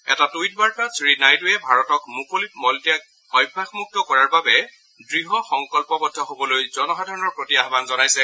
এটা টুইট বাৰ্তাত শ্ৰীনাইডুৱে ভাৰতক মুকলিত মলত্যাগ অভ্যাসমূক্ত কৰাৰ বাবে দঢ় সংকল্পবদ্ধ হ'বলৈ জনসাধাৰণৰ প্ৰতি আহান জনাইছে